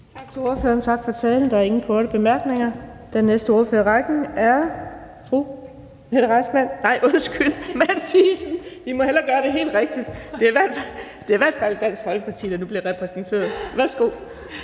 Tak til ordføreren. Tak for talen. Der er ingen korte bemærkninger. Den næste ordfører i rækken er fru Mette Reissmann. Nej, undskyld, fru Mette Thiesen. Vi må hellere gøre det helt rigtigt. Det er i hvert fald Dansk Folkeparti, der nu bliver repræsenteret. Værsgo.